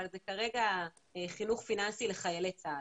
אבל זה כרגע חינוך פיננסי לחיילי צה"ל.